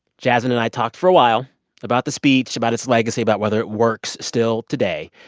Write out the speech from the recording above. jasmine and i talked for a while about the speech, about its legacy, about whether it works still today.